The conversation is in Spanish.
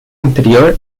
anterior